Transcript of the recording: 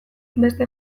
beste